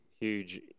huge